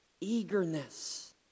Eagerness